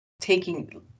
taking